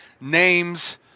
names